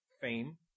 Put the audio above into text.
Fame